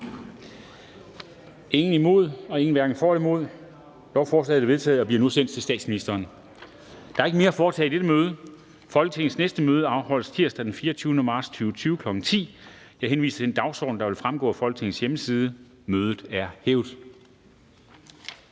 Kl. 13:08 Meddelelser fra formanden Formanden (Henrik Dam Kristensen): Der er ikke mere at foretage i dette møde. Folketingets næste møde afholdes tirsdag den 24. marts 2020, kl. 10.00. Jeg henviser til den dagsorden, der vil fremgå af Folketingets hjemmeside. Mødet er hævet.